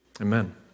Amen